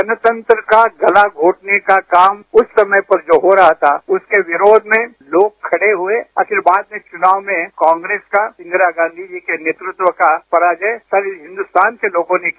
जनतंत्र का गला घोटने का काम उस समय पर जो हो रहा था उसके विरोध में लोग खड़े हुए और फिर बाद में चुनाव में कांग्रेस का इंदिरा गांधीजी के नेतृत्व का पराजय सारे हिन्दुस्तान के लोगों ने किया